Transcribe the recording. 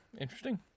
interesting